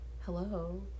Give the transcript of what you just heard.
Hello